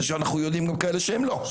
יש אנחנו יודעים גם כאלה שהם לא.